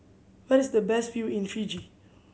where is the best view in Fiji